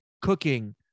cooking